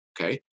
okay